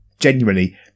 genuinely